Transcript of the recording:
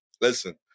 Listen